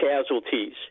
casualties